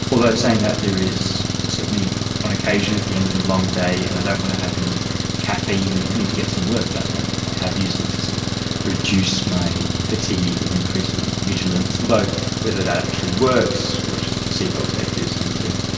although saying that there is certainly on occasion at the end of a long day and i don't want to have any caffeine and i need to get some work done, i i have used it to sort of reduce my fatigue or increase my vigilance, although whether that actually works or it's just a placebo effect is unclear.